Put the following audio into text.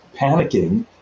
panicking